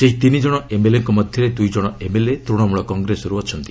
ସେହି ତିନି ଜଣ ଏମ୍ଏଲ୍ଏଙ୍କ ମଧ୍ୟରେ ଦୁଇ ଜଣ ଏମ୍ଏଲ୍ଏ ତୂଣମଳ କଂଗ୍ରେସର ଅଛନ୍ତି